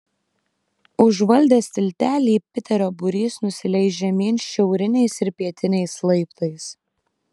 užvaldęs tiltelį piterio būrys nusileis žemyn šiauriniais ir pietiniais laiptais